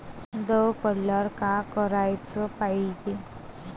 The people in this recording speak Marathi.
दव पडल्यावर का कराच पायजे?